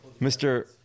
Mr